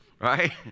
right